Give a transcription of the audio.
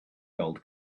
gold